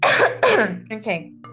Okay